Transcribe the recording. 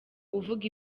uvuga